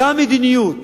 אותה מדיניות,